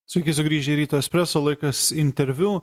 sveiki sugrįžę į ryto espreso laikas interviu